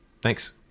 Thanks